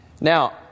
Now